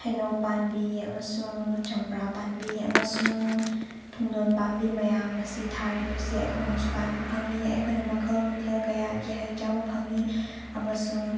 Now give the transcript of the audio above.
ꯍꯩꯅꯧ ꯄꯥꯝꯕꯤ ꯑꯃꯁꯨꯡ ꯆꯝꯄ꯭ꯔꯥ ꯄꯥꯝꯕꯤ ꯑꯃꯁꯨꯡ ꯄꯨꯡꯇꯣꯟ ꯄꯥꯝꯕꯤ ꯃꯌꯥꯝ ꯑꯁꯤ ꯊꯥꯔꯤꯕꯁꯦ ꯑꯩꯈꯣꯏꯅꯁꯨ ꯀꯥꯟꯅꯕ ꯐꯪꯏ ꯑꯩꯈꯣꯏꯅ ꯃꯈꯜ ꯃꯊꯦꯜ ꯀꯌꯥꯒꯤ ꯍꯩ ꯆꯥꯕ ꯐꯪꯏ ꯑꯃꯁꯨꯡ